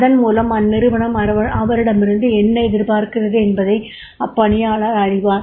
அதன் மூலம் அந்நிறுவனம் அவரிடமிருந்து என்ன எதிர்பார்க்கிறது என்பதை அப்பணியாளர் அறிவார்